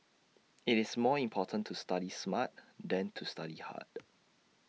IT is more important to study smart than to study hard